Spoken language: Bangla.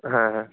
হ্যাঁ হ্যাঁ